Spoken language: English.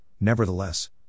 nevertheless